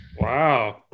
Wow